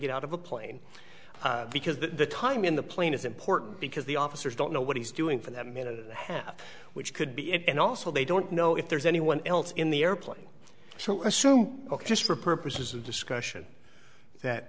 get out of a plane because the time in the plane is important because the officers don't know what he's doing from that minute half which could be it and also they don't know if there's anyone else in the airplane so assume just for purposes of discussion that